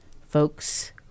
Folks